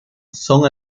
son